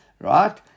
right